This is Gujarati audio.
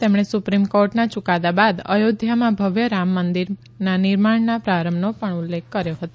તેમણે સુપ્રીમ કોર્ટના યુકાદા બાદ અયોધ્યામાં ભવ્ય રામ મંદિર મંદિરના નિર્માણના પ્રારંભનો પણ ઉલ્લેખ કર્યો હતો